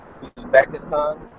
Uzbekistan